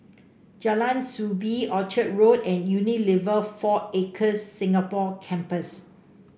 Jalan Soo Bee Orchard Road and Unilever Four Acres Singapore Campus